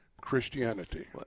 Christianity